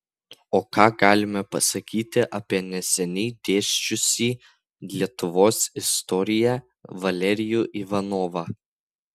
o ką galime pasakyti apie neseniai dėsčiusį lietuvos istoriją valerijų ivanovą